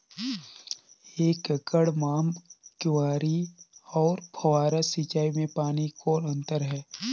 एक एकड़ म क्यारी अउ फव्वारा सिंचाई मे पानी के कौन अंतर हे?